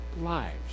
lives